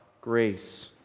grace